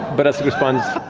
but essek responds.